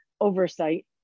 oversight